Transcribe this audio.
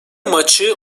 maçı